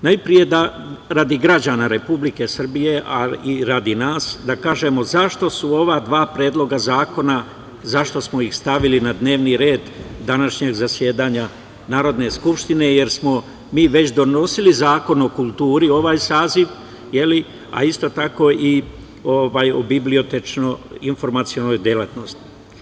Najpre, radi građana Republike Srbije, a i radi nas da kažemo zašto smo ova dva predloga zakona stavili na dnevni red današnjeg zasedanja Narodne skupštine, jer smo mi već donosili Zakon o kulturi, ovaj saziv, je li, a isto tako i o bibliotečko-informacionoj delatnosti.